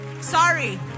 sorry